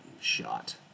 shot